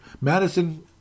Madison